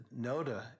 NODA